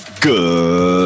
Good